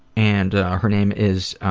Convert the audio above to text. and her name is